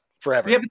forever